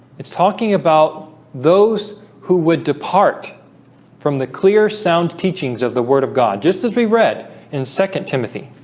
it's talking about those who would depart from the clear sound teachings of the word of god just as we read in second timothy